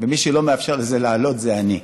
ומי שלא אפשר לזה לעלות זה אני.